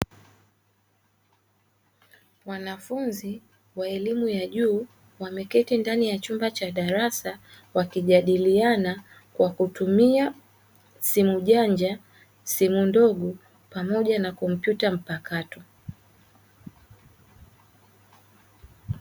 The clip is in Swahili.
Wanafunzi wa elimu ya juu wameketi ndani ya chumba cha darasa wakijadiliana kwa kutumia simu janja, simu ndogo, pamoja na kompyuta mpakato.